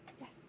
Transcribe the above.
Yes